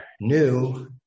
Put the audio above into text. new